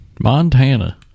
Montana